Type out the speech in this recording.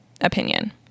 opinion